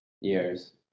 years